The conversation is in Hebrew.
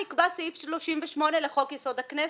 נקבע סעיף 38 לחוק יסוד: הכנסת,